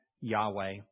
Yahweh